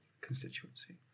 constituency